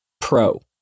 pro